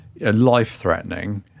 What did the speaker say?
life-threatening